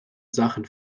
sachen